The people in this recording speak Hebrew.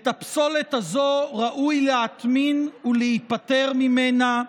את הפסולת הזאת ראוי להטמין ולהיפטר ממנה.